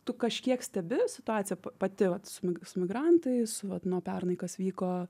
tu kažkiek stebi situaciją pati vat su su migrantais su vat nuo pernai kas vyko